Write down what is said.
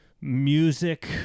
music